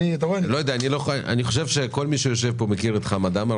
אני חושב שכל מי שיושב פה מכיר את חמד עמאר